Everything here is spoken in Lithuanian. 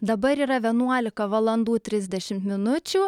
dabar yra vienuolika valandų trisdešim minučių